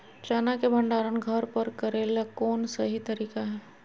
चना के भंडारण घर पर करेले कौन सही तरीका है?